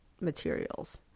materials